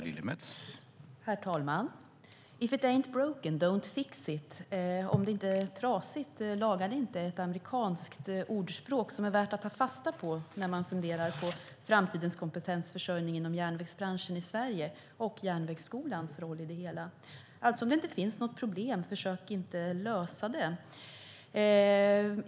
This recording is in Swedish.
Herr talman! If it ain't broke, don't fix it. Om det inte är trasigt, laga det inte. Det är ett amerikanskt ordspråk som det är värt att ta fasta på när man funderar på framtidens kompetensförsörjning inom järnvägsbranschen i Sverige och Järnvägsskolans roll i det hela. Alltså: Om det inte finns något problem, försök inte lösa det.